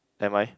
am I